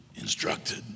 instructed